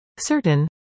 Certain